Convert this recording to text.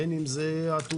בין אם זה העתודה,